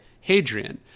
Hadrian